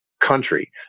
country